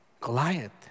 Goliath